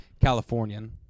Californian